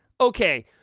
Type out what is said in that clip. okay